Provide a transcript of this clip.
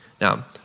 Now